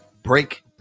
Break